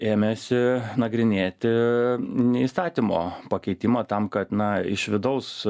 ėmėsi nagrinėti ne įstatymo pakeitimą tam kad na iš vidaus